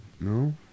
No